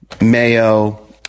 mayo